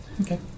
okay